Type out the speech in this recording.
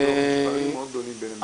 יש פערים מאוד גדולים בין המשרדים.